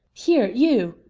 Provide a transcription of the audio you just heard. here you,